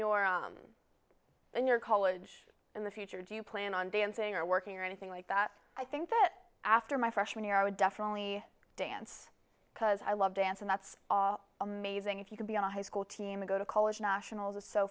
in your college in the future do you plan on dancing or working or anything like that i think that after my freshman year i would definitely dance because i love dance and that's all amazing if you could be on a high school team to go to college nationals is so